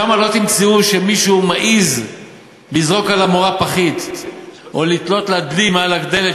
שם לא תמצאו שמישהו מעז לזרוק על המורה פחית או לתלות לה דלי מעל הדלת,